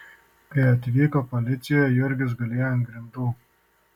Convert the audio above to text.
kai atvyko policija jurgis gulėjo ant grindų